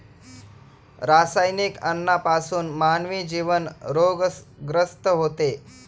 रासायनिक अन्नापासून मानवी जीवन रोगग्रस्त होते